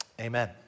Amen